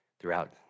throughout